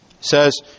Says